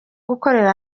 gukorera